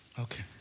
Okay